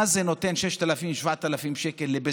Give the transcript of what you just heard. מה זה נותן, 6,000 7,000 שקל לביזנס?